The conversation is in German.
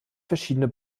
verschiedene